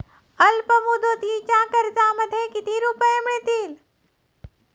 अल्पमुदतीच्या कर्जामध्ये किती रुपये मिळतील?